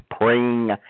praying